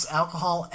alcohol